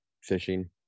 fishing